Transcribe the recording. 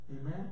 Amen